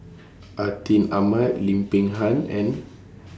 Atin Amat Lim Peng Han and